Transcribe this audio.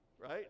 right